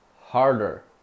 harder